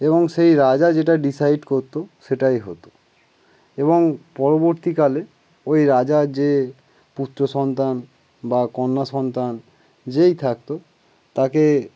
এবং সেই রাজা যেটা ডিসাইড করতো সেটাই হতো এবং পরবর্তীকালে ওই রাজার যে পুত্র সন্তান বা কন্যা সন্তান যেই থাকতো তাকে